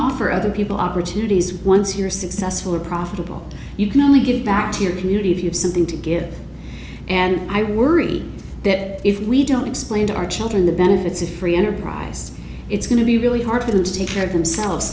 offer other people opportunities once you're successful or profitable you can only give back to your community if you have something to give and i worry that if we don't explain to our children the benefits of free enterprise it's going to be really hard for them to take care of themselves